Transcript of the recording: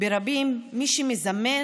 מי שמזמן